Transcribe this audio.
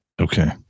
Okay